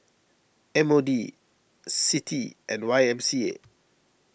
M O D Citi and Y M C A